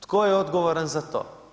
Tko je odgovoran za to?